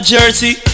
Jersey